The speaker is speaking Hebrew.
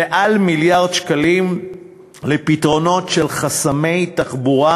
יותר ממיליארד שקלים בפתרונות של חסמי תחבורה,